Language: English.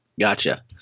Gotcha